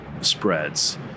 spreads